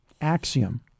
axiom